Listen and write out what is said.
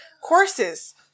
courses